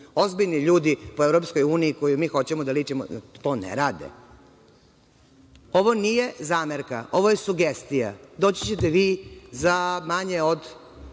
Ozbiljni ljudi po EU, na koju mi hoćemo da ličimo, to ne rade. Ovo nije zamerka, ovo je sugestija. Doći ćete vi za manje od